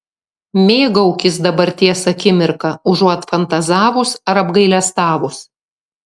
mėgaukis dabarties akimirka užuot fantazavus ar apgailestavus